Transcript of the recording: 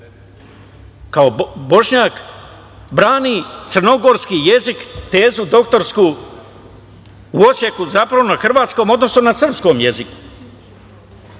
jedan Bošnjak brani crnogorski jezik, tezu doktorsku, u Osijeku, na hrvatskom, odnosno na srpskom jeziku.